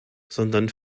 sondern